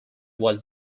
was